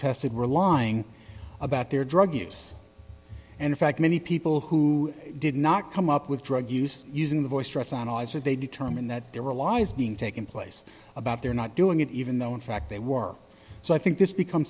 tested were lying about their drug use and in fact many people who did not come up with drug use using the voice stress analyzer they determined that there were lies being taken place about they're not doing it even though in fact they were so i think this become